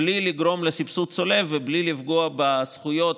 בלי לגרום לסבסוד צולב ובלי לפגוע בזכויות